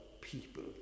people